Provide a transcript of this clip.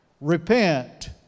Repent